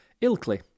Ilkley